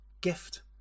gift